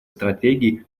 стратегий